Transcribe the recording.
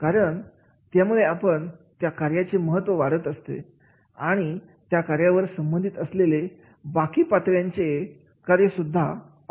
कारण यामुळे त्या कार्याचे महत्त्व वाढत असते आणि त्या कार्यावर संबंधित असलेले बाकी पातळ यांचे कार्य सुद्धा अवलंबून असते